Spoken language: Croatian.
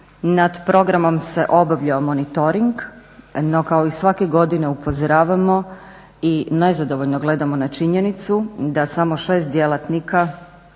Nad programom se obavljao monitoring, no kao i svake godine upozoravamo i nezadovoljno gledamo na činjenicu da samo 6 djelatnika